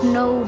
no